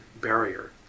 barrier